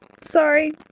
sorry